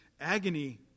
Agony